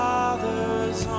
Father's